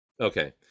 okay